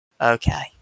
okay